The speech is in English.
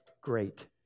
great